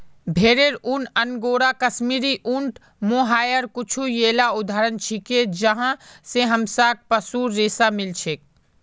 भेरेर ऊन, अंगोरा, कश्मीरी, ऊँट, मोहायर कुछू येला उदाहरण छिके जहाँ स हमसाक पशुर रेशा मिल छेक